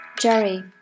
Jerry